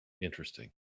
Interesting